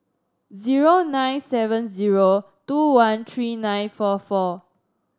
zero nine seven zero two one tree nine four four